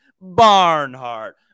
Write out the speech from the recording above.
Barnhart